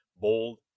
bold